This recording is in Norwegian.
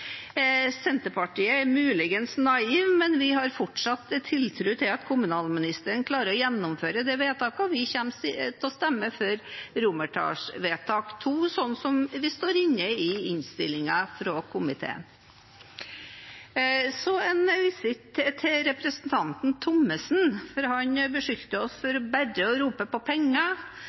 Senterpartiet er muligens naive, men vi har fortsatt tiltro til at kommunalministeren klarer å gjennomføre dette vedtaket, og vi kommer til å stemme for vedtak II, slik det står i innstillingen fra komiteen. Så en visitt til representanten Thommessen, for han beskyldte oss for bare å rope på penger